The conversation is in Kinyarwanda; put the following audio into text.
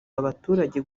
n’abaturage